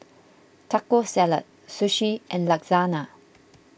Taco Salad Sushi and Lasagna